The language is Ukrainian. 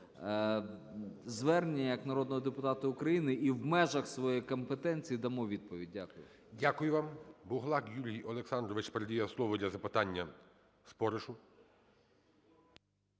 звернення як народного депутата України і в межах своєї компетенції дамо відповідь. Дякую. ГОЛОВУЮЧИЙ. Дякую вам. Буглак Юрій Олександрович передає слово для запитання Споришу.